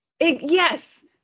Yes